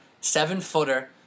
seven-footer